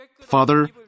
Father